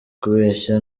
kubeshya